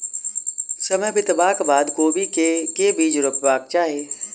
समय बितबाक बाद कोबी केँ के बीज रोपबाक चाहि?